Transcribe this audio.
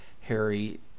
Harry